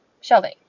shelving